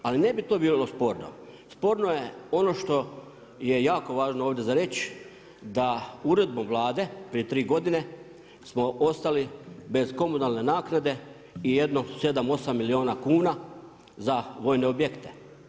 Ali ne bi to bilo sporno, sporno je ono što je jako važno ovdje za reć, da uredbom Vlade prije tri godine smo ostali bez komunalne naknade i jedno sedam, osam milijuna kuna za vojne objekte.